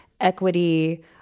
equity